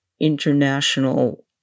international